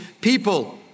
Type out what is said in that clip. people